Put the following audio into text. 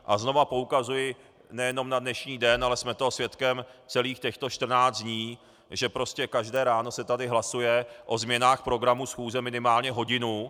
A znova poukazuji nejenom na dnešní den, ale jsme toho svědkem celých těchto 14 dní, že prostě každé ráno se tady hlasuje o změnách programu schůze minimálně hodinu.